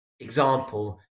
Example